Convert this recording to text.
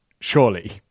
Surely